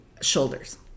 shoulders